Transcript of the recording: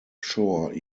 shore